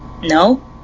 No